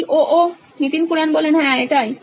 Nitin Kurian CEO ও নোইন electronics হ্যাঁ এটাই